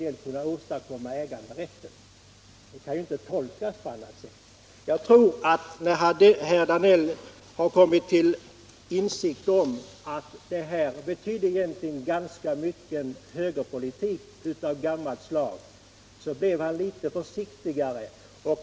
Det som står i reservationen kan inte tolkas på annat . sätt. Jag tror att när herr Danell har kommit till insikt om att detta betyder ganska mycket högerpolitik av gammalt slag blir han litet försiktigare.